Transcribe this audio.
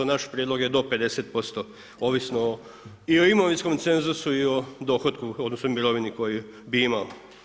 Naš prijedlog je do 50% ovisno i o imovinskom cenzusu i o dohotku odnosno mirovini koju bi imao.